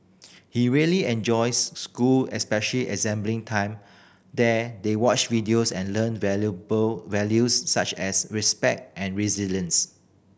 he really enjoys school especially assembly time there they watch videos and learn valuable values such as respect and resilience